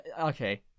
Okay